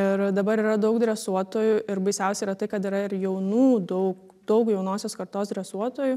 ir dabar yra daug dresuotojų ir baisiausia yra tai kad yra ir jaunų daug daug jaunosios kartos dresuotojų